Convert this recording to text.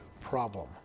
problem